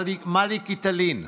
מה לך כי תלין?